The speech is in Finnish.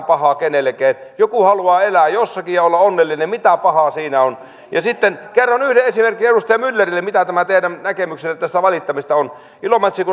pahaa kenellekään joku haluaa elää jossakin ja olla onnellinen mitä pahaa siinä on kerron yhden esimerkin edustaja myllerille mitä tämä teidän näkemyksenne tästä valittamisesta on ilomantsiin kun